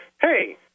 hey